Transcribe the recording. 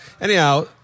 Anyhow